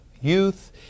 youth